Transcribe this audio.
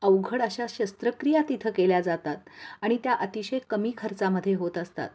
अवघड अशा शस्त्रक्रिया तिथं केल्या जातात आणि त्या अतिशय कमी खर्चामध्ये होत असतात